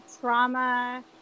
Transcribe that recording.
trauma